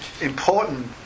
important